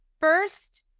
First